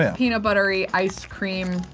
ah peanut buttery, ice cream.